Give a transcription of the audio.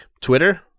Twitter